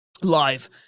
live